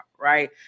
right